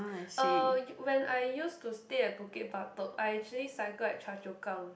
uh when I used to stay at Bukit-Batok I actually cycle at Choa-Chu-Kang